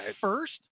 first